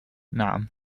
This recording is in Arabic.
نعم